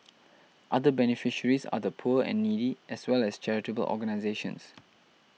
other beneficiaries are the poor and needy as well as charitable organisations